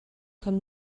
kann